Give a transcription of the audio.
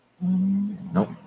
Nope